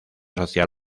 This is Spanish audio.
social